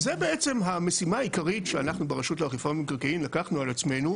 זה בעצם המשימה העיקרית שאנחנו ברשות לאכיפה במקרקעין לקחנו על עצמנו,